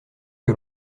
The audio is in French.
que